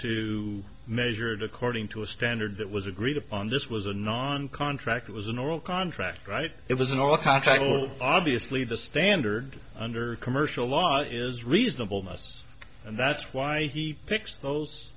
to measure it according to a standard that was agreed upon this was a non contract it was an oral contract write it was an oral contract well obviously the standard under commercial law is reasonable mess and that's why he picks those